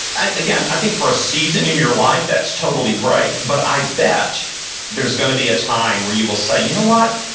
again, i think for a season in your life, that's totally great, but i bet there's going to be a time where you will say, you know what?